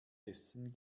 essen